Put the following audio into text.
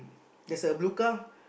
there is a blue car